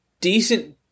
decent